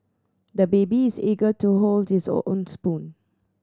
the baby is eager to hold this own spoon